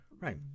Right